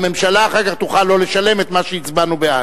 והממשלה אחר כך תוכל לא לשלם את מה שהצבענו עליו בעד.